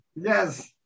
Yes